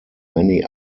many